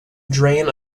drain